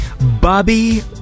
Bobby